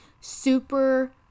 super